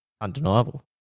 undeniable